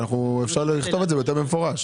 אפשר לכתוב את זה ביותר במפורש.